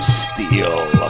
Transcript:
steel